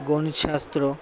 গণিতশাস্ত্র